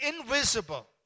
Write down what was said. invisible